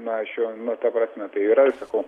na aš jum nu ta prasme tai yra ir sakau